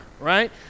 right